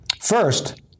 First